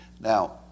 Now